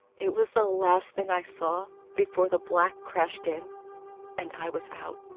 it was the last thing i saw before the black crashed in and i was out.